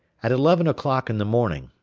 at eleven o'clock in the morning,